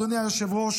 אדוני היושב-ראש,